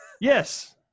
yes